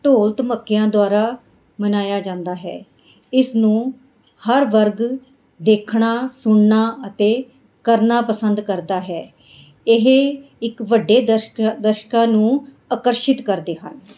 ਢੋਲ ਧਮੱਕਿਆਂ ਦੁਆਰਾ ਮਨਾਇਆ ਜਾਂਦਾ ਹੈ ਇਸ ਨੂੰ ਹਰ ਵਰਗ ਦੇਖਣਾ ਸੁਣਨਾ ਅਤੇ ਕਰਨਾ ਪਸੰਦ ਕਰਦਾ ਹੈ ਇਹ ਇੱਕ ਵੱਡੇ ਦਰਸ਼ਕ ਦਰਸ਼ਕਾਂ ਨੂੰ ਆਕਰਸ਼ਿਤ ਕਰਦੇ ਹਨ